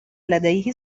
لديه